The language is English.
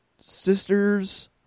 sisters